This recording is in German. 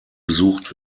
besucht